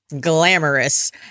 glamorous